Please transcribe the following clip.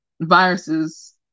viruses